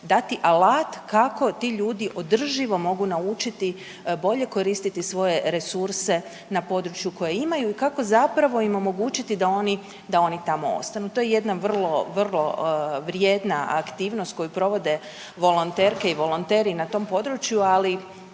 dati alat kako ti ljudi održivo mogu naučiti bolje koristiti svoje resurse na području koje imaju i kako zapravo im omogućiti da tamo ostanu. To je jedna vrlo, vrlo vrijedna aktivnost koju provode volonterke i volonteri i na tom području, ali